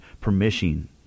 permission